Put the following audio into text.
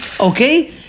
Okay